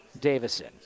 Davison